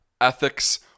ethics